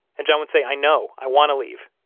and john would say, i know. i want to leave.